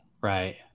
Right